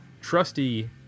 trusty